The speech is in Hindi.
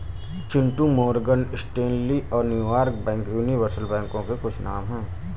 चिंटू मोरगन स्टेनली और न्यूयॉर्क बैंक यूनिवर्सल बैंकों के कुछ नाम है